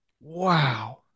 Wow